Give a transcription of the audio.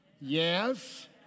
yes